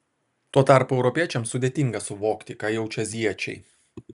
tuo tarpu europiečiams sudėtinga suvokti ką jaučia azijiečiai